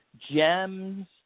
gems